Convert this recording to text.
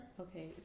Okay